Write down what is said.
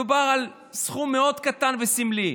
מדובר על סכום מאוד קטן וסמלי.